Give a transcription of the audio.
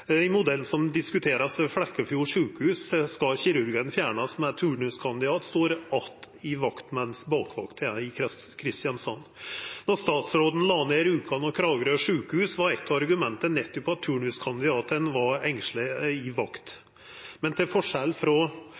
I modellen som vert diskutert ved Flekkefjord sjukehus, skal kirurgen fjernast, ein turnuskandidat står att i vakta, mens bakvakta er i Kristiansand. Då statsråden la ned Rjukan og Kragerø sjukehus, var eit av argumenta nettopp at turnuskandidatane var engstelege på vakt. Men til forskjell frå